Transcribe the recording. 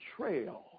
trail